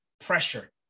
pressure